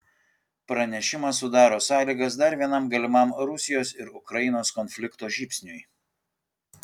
pranešimas sudaro sąlygas dar vienam galimam rusijos ir ukrainos konflikto žybsniui